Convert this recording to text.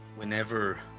Whenever